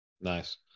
Nice